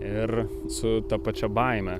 ir su ta pačia baime